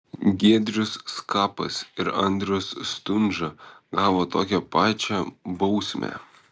giedrius skapas ir andrius stundža gavo tokią pačią bausmę